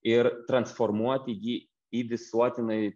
ir transformuoti jį į visuotinai